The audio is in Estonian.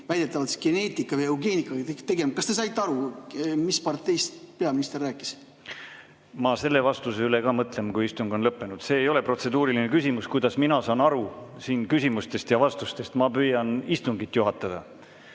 väidetavalt geneetika või eugeenikaga tegelema, kas te saite aru, mis parteist peaminister rääkis. Ma selle vastuse üle ka mõtlen, kui istung on lõppenud. See ei ole protseduuriline küsimus, kuidas mina siin küsimustest ja vastustest aru saan. Ma püüan istungit juhatada.